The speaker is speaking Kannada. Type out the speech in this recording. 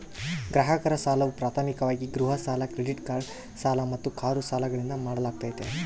ಗ್ರಾಹಕರ ಸಾಲವು ಪ್ರಾಥಮಿಕವಾಗಿ ಗೃಹ ಸಾಲ ಕ್ರೆಡಿಟ್ ಕಾರ್ಡ್ ಸಾಲ ಮತ್ತು ಕಾರು ಸಾಲಗಳಿಂದ ಮಾಡಲಾಗ್ತೈತಿ